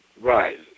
right